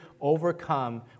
overcome